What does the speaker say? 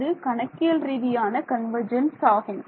அது கணக்கியல் ரீதியான கன்வர்ஜென்ஸ் ஆகும்